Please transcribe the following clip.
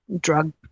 drug